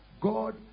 God